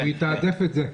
לתעדף את זה.